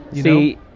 See